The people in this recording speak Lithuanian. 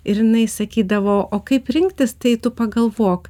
ir jinai sakydavo o kaip rinktis tai tu pagalvok